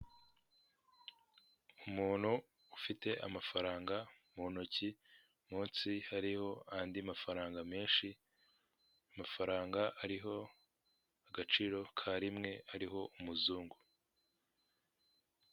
Umuntu ufite amafaranga mu ntoki munsi hariho andi mafaranga menshi, amafaranga ariho agaciro ka rimwe hariho umuzungu.